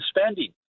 spending